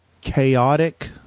Chaotic